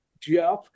Jeff